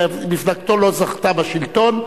ומפלגתו לא זכתה בשלטון,